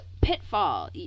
Pitfall